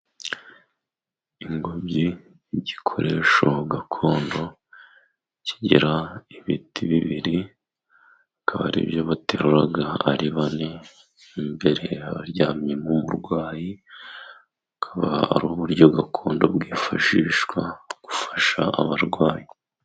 Ingobyi igikoresho gakondo kigira ibiti bibiri akaba ari byo baterura ari bane, imbere haryamye umuntu urwaye akaba ari uburyo gakondo bwifashishwa gufasha abarwayi.